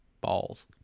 balls